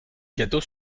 gâteaux